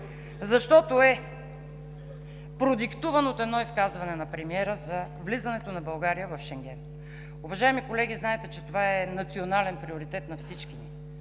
защото е продиктуван от едно изказване на премиера за влизането на България в Шенген. Уважаеми колеги, знаете, че това е национален приоритет на всички ни.